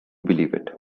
believe